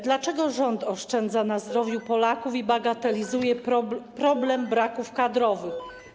Dlaczego rząd oszczędza na zdrowiu Polaków i bagatelizuje problem braków kadrowych?